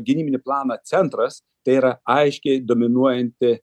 gynybinį planą centras tai yra aiškiai dominuojanti